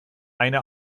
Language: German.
eine